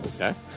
Okay